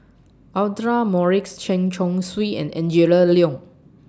Audra Morrice Chen Chong Swee and Angela Liong